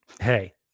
Hey